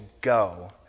go